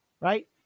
right